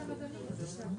חשוב לבריאות הצרכן,